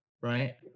right